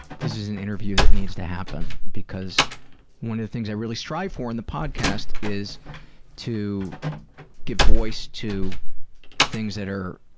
this is an interview that needs to happen because one of the things i really strive for in the podcast is to give voice to things that are